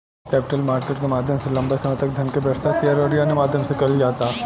capital market के माध्यम से लंबे समय तक धन के व्यवस्था, शेयर अउरी अन्य माध्यम से कईल जाता